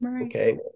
okay